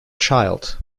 child